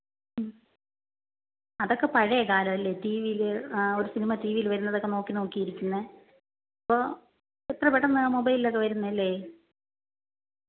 ഉം അതൊക്കെ പഴയ കാലമല്ലേ ടീ വിയിൽ ഒരു സിനിമ ടീ വിയിൽ വരുന്നതൊക്കെ നോക്കി നോക്കിയിരിക്കുന്നത് ഇപ്പോൾ എത്ര പെട്ടെന്നാണ് മൊബൈലിലൊക്കെ വരുന്നതല്ലേ